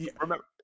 remember